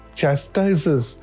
chastises